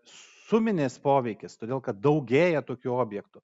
suminis poveikis todėl kad daugėja tokių objektų